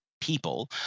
people